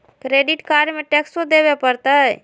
Credit card में टेक्सो देवे परते?